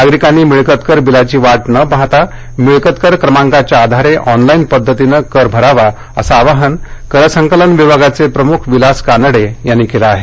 नागरिकांनी मिळकत कर बीलाची वाट न पाहता मिळकतकर क्रमांकाच्या आधारे ऑनलाइन पध्दतीनं कर भरणा करावा असं आवाहन कर संकलन विभागाचे प्रमुख विलास कानडे यांनी केलं आहे